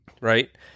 right